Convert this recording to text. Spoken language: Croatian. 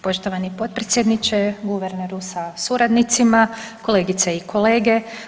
Poštovani potpredsjedniče, guverneru sa suradnicima, kolegice i kolege.